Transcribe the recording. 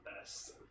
best